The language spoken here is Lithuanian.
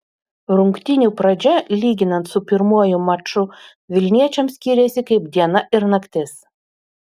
rungtynių pradžia lyginant su pirmuoju maču vilniečiams skyrėsi kaip diena ir naktis